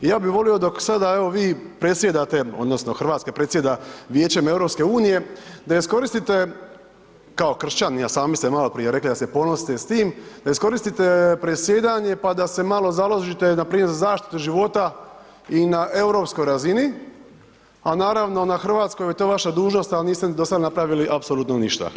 Ja bi volio dok sada evo vi predsjedate odnosno RH predsjeda Vijećem EU, da iskoristite kao kršćanin, a sami ste maloprije rekli da ste ponosni s tim, da iskoristite predsjedanje, pa da se malo založite npr. za zaštitu života i na europskoj razini, a naravno na hrvatskoj to je vaša dužnost, al niste ni dosad napravili apsolutno ništa.